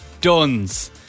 Duns